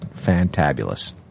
fantabulous